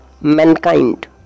mankind